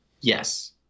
Yes